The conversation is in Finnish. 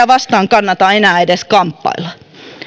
vastaan kannata enää edes kamppailla